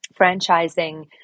franchising